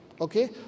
okay